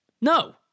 No